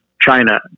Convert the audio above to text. China